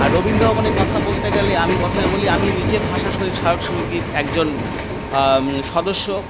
আর রবীন্দ্র ভবনের কথা বলতে গেলে আমি প্রথমে বলি আমি নিজে ভাষা শহীদ স্মারক সমিতির একজন সদস্য